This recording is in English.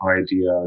idea